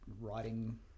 writing